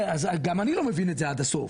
גם אני לא מבין את זה עד הסוף,